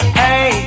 hey